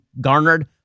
garnered